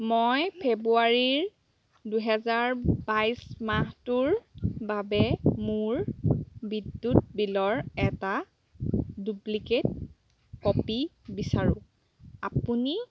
মই ফেব্ৰুৱাৰী দুহেজাৰ বাইছ মাহটোৰ বাবে মোৰ বিদ্যুৎ বিলৰ এটা ডুপ্লিকেট কপি বিচাৰোঁ আপুনি